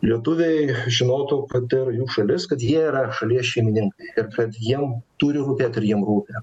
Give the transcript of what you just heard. lietuviai žinotų kad tai yra jų šalis kad jie yra šalies šeimininkai ir kad jiem turi rūpėt ir jiem rūpi